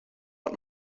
hat